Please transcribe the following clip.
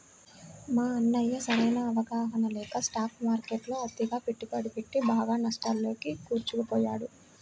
మా అన్నయ్య సరైన అవగాహన లేక స్టాక్ మార్కెట్టులో అతిగా పెట్టుబడి పెట్టి బాగా నష్టాల్లోకి కూరుకుపోయాడు